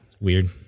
weird